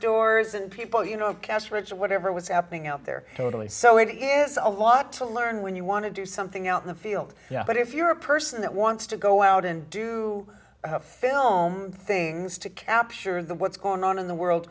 doors and people you know of cash rich or whatever was happening out there totally so it is a lot to learn when you want to do something else in the field but if you're a person that wants to go out and do a film things to capture the what's going on in the world